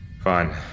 Fine